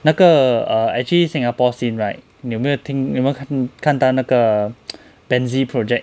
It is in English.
那个 err actually singapore scene right 你有没有听有没有看到那个 benzi project